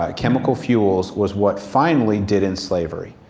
ah chemical fuels was what finally did in slavery.